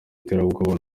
iterabwoba